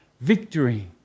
Victory